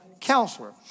counselor